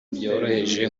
byoroheje